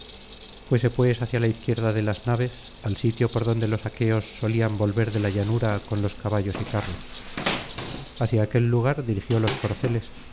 fuese pues hacia la izquierda de las naves al sitio por donde los aqueos solían volver de la llanura con los caballos y carros hacia aquel lugar dirigió los corceles